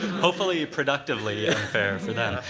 hopefully productively unfair for them.